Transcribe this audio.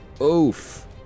Oof